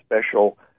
special